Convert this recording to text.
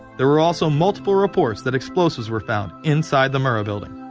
there were also multiple reports that explosives were found. inside the murrah building.